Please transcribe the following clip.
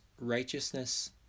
righteousness